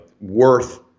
worth